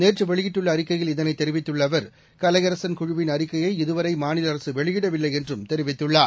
நேற்று வெளியிட்டுள்ள அறிக்கையில் இதனைத் தெரிவித்துள்ள அவர் கலையரசன் குழுவின் அறிக்கையை இதுவரை மாநில அரசு வெளியிடவில்லை என்றும் தெரிவித்துள்ளார்